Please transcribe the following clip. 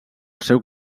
seu